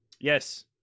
Yes